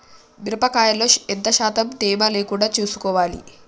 మిరప కాయల్లో ఎంత శాతం తేమ లేకుండా చూసుకోవాలి?